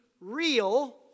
real